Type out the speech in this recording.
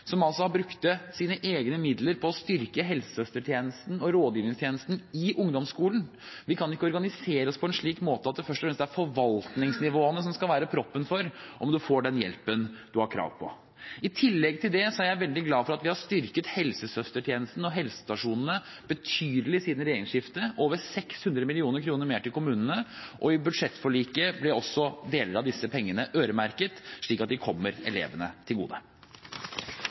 sine egne midler til å styrke helsesøstertjenesten og rådgivningstjenesten i ungdomsskolen. Vi kan ikke organisere oss på en slik måte at det først og fremst er forvaltningsnivåene som skal være proppen for om man får den hjelpen man har krav på. I tillegg er jeg veldig glad for at vi har styrket helsesøstertjenesten og helsestasjonene betydelig siden regjeringsskiftet – med over 600 mill. kr mer til kommunene. I budsjettforliket ble også en del av disse pengene øremerket, slik at de kommer elevene til gode.